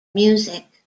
music